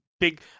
Big